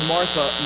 Martha